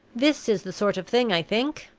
this is the sort of thing, i think.